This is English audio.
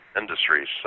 industries